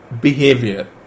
behavior